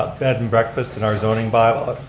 ah bed and breakfast and our zoning bylaw.